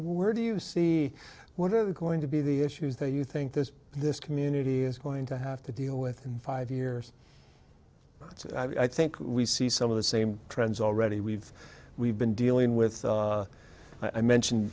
where do you see what are they going to be the issues that you think this this community is going to have to deal with in five years but i think we see some of the same trends already we've we've been dealing with